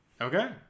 okay